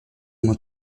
uma